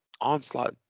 Onslaught